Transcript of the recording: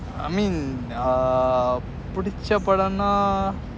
I mean uh புடிச்ச படம்னா:pudicha padamna